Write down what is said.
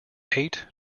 eight